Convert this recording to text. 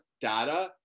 data